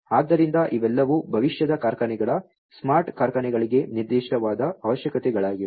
ಆದ್ದರಿಂದ ಇವೆಲ್ಲವೂ ಭವಿಷ್ಯದ ಕಾರ್ಖಾನೆಗಳ ಸ್ಮಾರ್ಟ್ ಕಾರ್ಖಾನೆಗಳಿಗೆ ನಿರ್ದಿಷ್ಟವಾದ ಅವಶ್ಯಕತೆಗಳಾಗಿವೆ